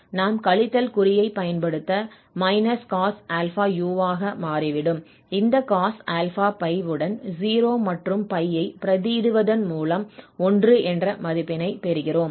நாம் கழித்தல் குறியை பயன்படுத்த −cos αu ஆக மாறிவிடும் இந்த cos απ உடன் 0 மற்றும் ஐ பிரதியிடுவதன் மூலம் 1 என்ற மதிப்பினைப் பெறுகிறோம்